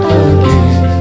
again